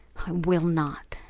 i will not!